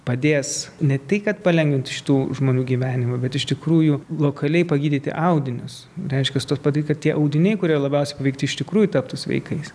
padės ne tik kad palengvinti šitų žmonių gyvenimą bet iš tikrųjų lokaliai pagydyti audinius reiškiasi ta pati kad tie audiniai kurie labiausiai vykti iš tikrųjų taptų sveikais